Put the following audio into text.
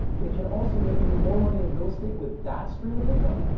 they can also make me more money in real estate with that stream of income?